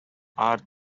art